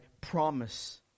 promise